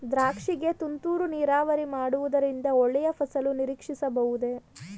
ದ್ರಾಕ್ಷಿ ಗೆ ತುಂತುರು ನೀರಾವರಿ ಮಾಡುವುದರಿಂದ ಒಳ್ಳೆಯ ಫಸಲು ನಿರೀಕ್ಷಿಸಬಹುದೇ?